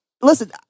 Listen